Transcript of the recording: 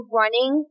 running